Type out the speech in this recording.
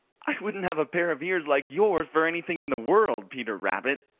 i wouldn't have a pair of ears like yours for anything in the world, peter rabbit.